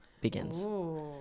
begins